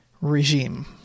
regime